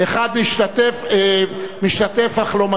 התשע"ב 2012,